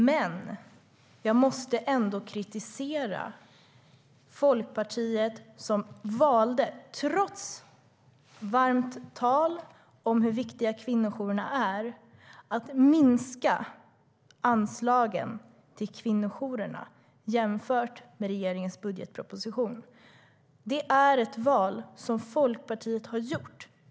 Men jag måste ändå kritisera Folkpartiet som, trots varmt tal om hur viktiga kvinnojourerna är, valde att minska anslagen till kvinnojourerna jämfört med regeringens budgetproposition. Det är ett val som Folkpartiet har gjort.